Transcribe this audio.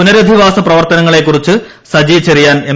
പുനരധിവാസ പ്രവർത്തനങ്ങനെക്കുറിച്ച് സജി ചെറിയാൻ എം